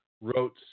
wrote